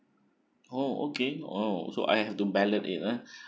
oh okay oh so I have to ballot it ah